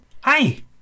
Hi